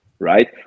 right